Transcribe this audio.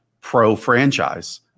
pro-franchise